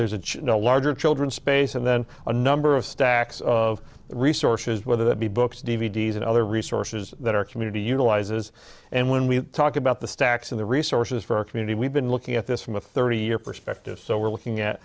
there's a larger children space and then a number of stacks of resources whether that be books d v d s and other resources that our community utilizes and when we talk about the stacks of the resources for our community we've been looking at this from a thirty year perspective so we're looking at